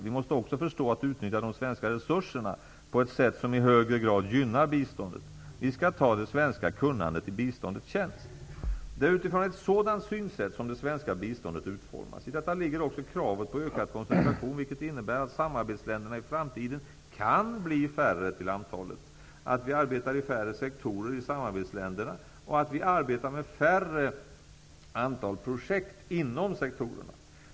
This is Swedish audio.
Vi måste också förstå att utnyttja de svenska resurserna på ett sätt som i högre grad gynnar biståndet. Vi skall ta det svenska kunnandet i biståndets tjänst. Det är utifrån ett sådant synsätt som det svenska biståndet utformas. I detta ligger också kravet på ökad koncentration, vilket innebär att samarbetsländerna i framtiden kan bli färre till antalet, att vi arbetar i färre sektorer i samarbetsländerna och att vi arbetar med färre antal projekt inom sektorerna.